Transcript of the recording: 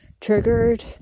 triggered